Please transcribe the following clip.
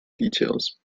details